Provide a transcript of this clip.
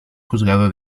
juzgado